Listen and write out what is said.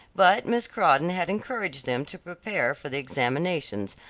but miss crawdon had encouraged them to prepare for the examinations,